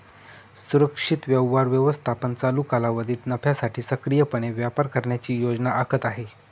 सुरक्षित व्यवहार व्यवस्थापन चालू कालावधीत नफ्यासाठी सक्रियपणे व्यापार करण्याची योजना आखत आहे